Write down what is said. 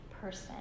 person